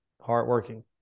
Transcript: hardworking